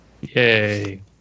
Yay